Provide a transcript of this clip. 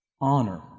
Honor